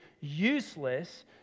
useless